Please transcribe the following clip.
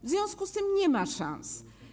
W związku z tym nie ma szans.